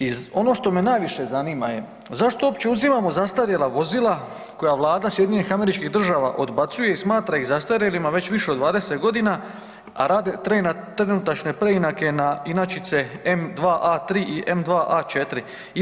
I ono što me najviše zanima je zašto uopće uzimamo zastarjela vozila koja vlada SAD-a odbacuje i smatra ih zastarjelima već više od 20 godina, a rade trenutačne preinake na inačice M2A3 i M2A4.